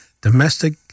domestic